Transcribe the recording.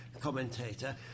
commentator